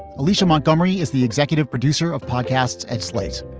alicia montgomery is the executive producer of podcasts at slate.